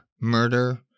murder